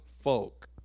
folk